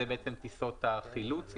אלה בעצם טיסות החילוץ.